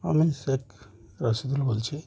আমি শেখ রাশিদুল বলছি